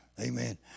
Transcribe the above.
Amen